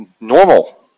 normal